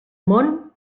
món